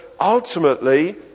ultimately